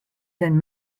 zijn